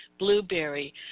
Blueberry